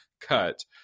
cut